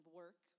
work